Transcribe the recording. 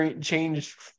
changed